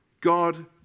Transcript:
God